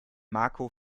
marco